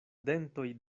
dentoj